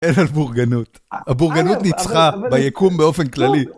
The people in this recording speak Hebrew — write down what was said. אין על בורגנות. הבורגנות ניצחה, ביקום באופן כללי.